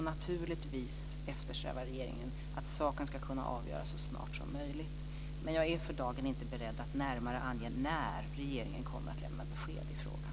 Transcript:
Naturligtvis eftersträvar regeringen att saken ska kunna avgöras så snart som möjligt, men jag är för dagen inte beredd att närmare ange när regeringen kommer att lämna besked i frågan.